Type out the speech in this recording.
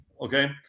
Okay